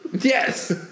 Yes